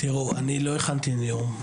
אני לא הכנתי היום,